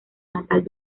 natal